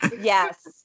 Yes